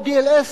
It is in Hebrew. ODLS,